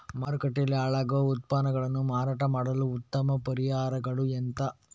ಮಾರುಕಟ್ಟೆಯಲ್ಲಿ ಹಾಳಾಗುವ ಉತ್ಪನ್ನಗಳನ್ನು ಮಾರಾಟ ಮಾಡಲು ಉತ್ತಮ ಪರಿಹಾರಗಳು ಎಂತ?